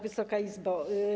Wysoka Izbo!